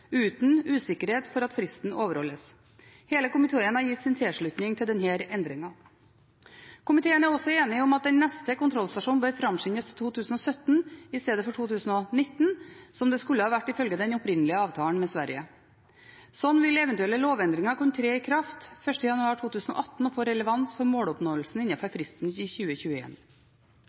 uten usikkerhet for at fristen overholdes. Hele komiteen har gitt sin tilslutning til denne endringen. Komiteen er også enig om at den neste kontrollstasjonen bør framskyndes til 2017 i stedet for 2019, som det skulle ha vært ifølge den opprinnelige avtalen med Sverige. Slik vil eventuelle lovendringer kunne tre i kraft 1. januar 2018 og få relevans for måloppnåelsen